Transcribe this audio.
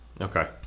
Okay